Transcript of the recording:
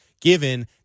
given